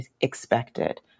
expected